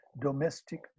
domestic